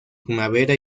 primavera